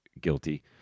guilty